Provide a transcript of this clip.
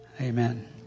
Amen